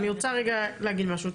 אני רוצה רגע להגיד משהו.